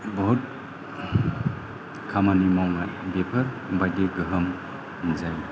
बहुद खामानि मावनाय बेफोरबायदि गोहोम जायो